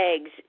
eggs